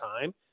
time